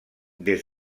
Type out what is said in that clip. des